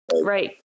Right